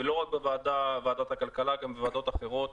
ולא רק בוועדת הכלכלה אלא גם בוועדות אחרות,